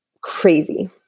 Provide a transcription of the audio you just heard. crazy